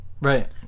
Right